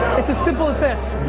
it's as simple as this.